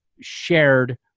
shared